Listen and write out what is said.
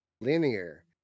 linear